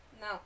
No